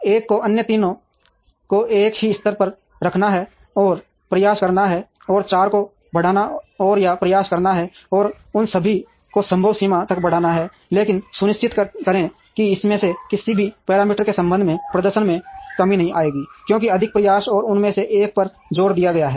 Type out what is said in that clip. एक को अन्य तीनों को एक ही स्तर पर रखना है और प्रयास करना है और चार को बढ़ाना है या प्रयास करना है और उन सभी को संभव सीमा तक बढ़ाना है लेकिन सुनिश्चित करें कि इनमें से किसी भी पैरामीटर के संबंध में प्रदर्शन में कमी नहीं आएगी क्योंकि अधिक प्रयास और उनमें से एक पर जोर दिया गया है